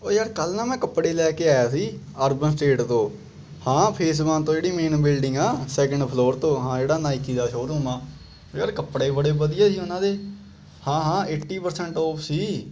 ਓ ਯਾਰ ਕੱਲ੍ਹ ਨਾ ਮੈਂ ਕੱਪੜੇ ਲੈ ਕੇ ਆਇਆ ਸੀ ਅਰਬਨ ਸਟੇਟ ਤੋਂ ਹਾਂ ਫੇਸ ਵੰਨ ਤੋਂ ਜਿਹੜੀ ਮੇਨ ਬਿਲਡਿੰਗ ਆ ਸੈਕਿੰਡ ਫਲੋਰ ਤੋਂ ਹਾਂ ਜਿਹੜਾ ਨਾਈਕੀ ਦਾ ਸ਼ੋਅ ਰੂਮ ਆ ਯਾਰ ਕੱਪੜੇ ਬੜੇ ਵਧੀਆ ਸੀ ਉਹਨਾਂ ਦੇ ਹਾਂ ਹਾਂ ਏਟੀ ਪ੍ਰਸੈਂਟ ਔਫ ਸੀ